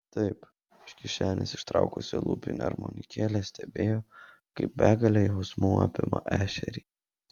taip iš kišenės ištraukusi lūpinę armonikėlę stebėjo kaip begalė jausmų apima ešerį